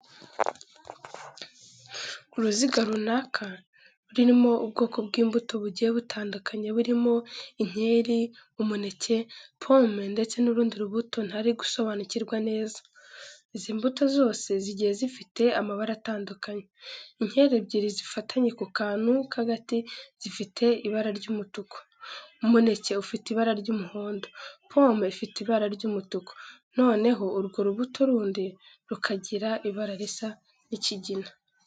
Uruziga runaka rurimo ubwoko bw'imbuto bugiye butandukanye burimo inkeri, umuneke, pome ndetse n'urundi rubuto ntari gusobanakirwa neza. Izi mbuto zose zigiye zifite amabara atandukanye. Inkeri ebyiri zifatanye ku kantu k'agati zifite ibara ry'umutuku, umuneke ufite ibara ry'umuhondo, pome ifite ibara ry'umutuku, noneho urwo rubuto rundi rukagira ibara risa nk'ikigina.